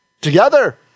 together